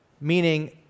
meaning